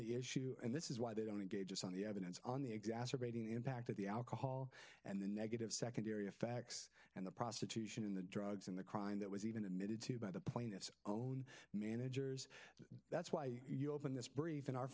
the issue and this is why they don't engage just on the evidence on the exacerbating impact of the alcohol and the negative secondary effects and the prostitution in the drugs and the crime that was even admitted to by the plaintiff's own managers that's why you open this brief in our